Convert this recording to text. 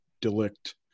delict